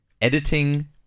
Editing